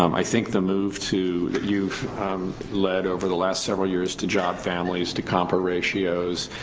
um i think the move to, you've led over the last several years to job families to compa ratios,